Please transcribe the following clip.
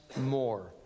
more